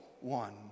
one